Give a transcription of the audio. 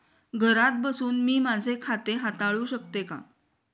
घरात बसून मी माझे खाते हाताळू शकते का?